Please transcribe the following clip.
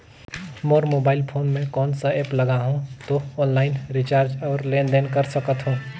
मोर mobile phone मे कोन सा एप्प लगा हूं तो ऑनलाइन रिचार्ज और लेन देन कर सकत हू?